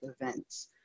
events